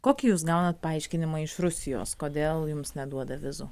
kokį jūs gaunat paaiškinimą iš rusijos kodėl jums neduoda vizų